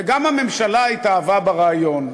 וגם הממשלה התאהבה ברעיון.